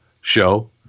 show